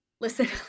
listen